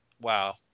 wow